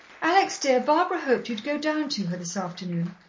alex, dear, barbara hoped you'd go down to her this afternoon.